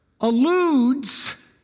alludes